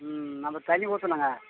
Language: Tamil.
ம் நம்ம தண்ணி ஊத்தணுங்க